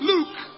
Luke